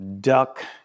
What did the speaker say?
duck